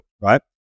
right